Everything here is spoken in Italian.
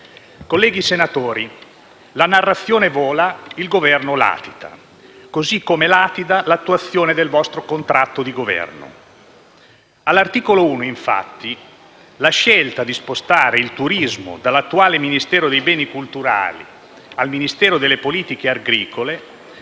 Colleghi senatori, la narrazione vola, il Governo latita, così come latita l'attuazione del vostro contratto di Governo. All'articolo 1, infatti, la scelta di spostare il turismo dall'attuale Ministero dei beni culturali al Ministero delle politiche agricole